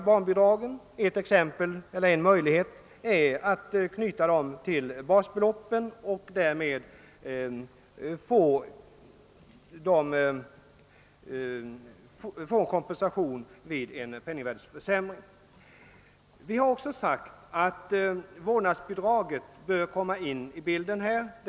En möjlighet att tekniskt lösa frågan är att knyta barnbidragen till basbeloppen i den allmänna tjänstepensioneringen. Vi har också anfört att man i detta sammanhang bör ta upp frågan om införandet av ett vårdnadsbidrag.